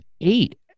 eight